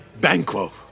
Banquo